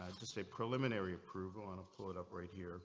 just a preliminary approval and applaud up right here